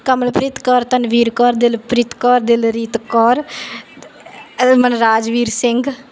Kamalpreet Kaur Dhanveer Kaur Dilpreet Kaur Dilreet Kaur Manrajveer Singh